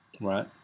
right